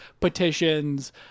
petitions